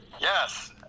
Yes